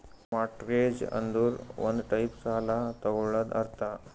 mortgage ಅಂದುರ್ ಒಂದ್ type ಸಾಲ ತಗೊಳದಂತ್ ಅರ್ಥ